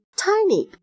tiny